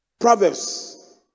Proverbs